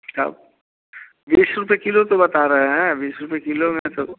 तब बीस रुपये किलो तो बता रहें हैं बीस रुपये किलो में तो